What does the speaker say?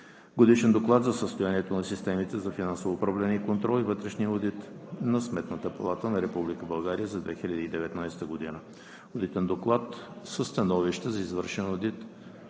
Годишен доклад за състоянието на системите за финансово управление и контрол и вътрешния одит на Сметната палата на Република България за 2019 г. - Одитен доклад със становище за извършен одит